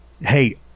hey